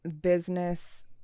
business